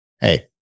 hey